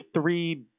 three